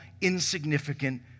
insignificant